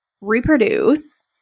reproduce